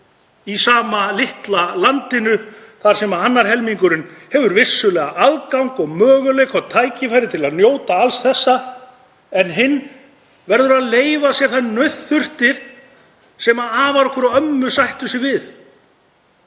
í sama litla landinu þar sem annar helmingurinn hefur vissulega aðgang og möguleika og tækifæri til að njóta alls þessa en hinn verður að láta sér nægja þær nauðþurftir sem afar okkar og ömmur sættu sig við,